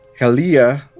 Helia